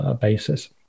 basis